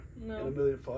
no